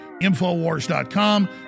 Infowars.com